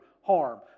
harm